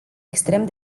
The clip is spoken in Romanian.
extrem